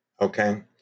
Okay